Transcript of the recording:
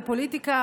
בפוליטיקה,